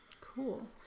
Cool